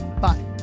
Bye